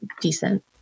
decent